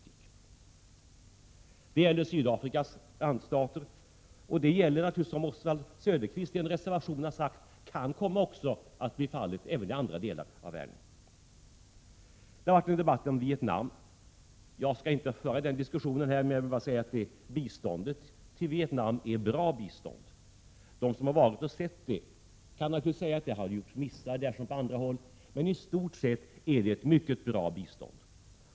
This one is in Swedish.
Detta gäller Sydafrikas randstater, och det kan — som Oswald Söderqvist sagt i en reservation — komma att gälla även i andra delar av världen. Vi har haft en debatt om Vietnam. Jag skall inte föra den diskussionen här, men jag vill bara säga att biståndet till Vietnam är bra bistånd. De som varit och studerat förhållandena kan naturligtvis säga att det har gjorts missar där som på andra håll, men i stort sett är det ett mycket bra bistånd.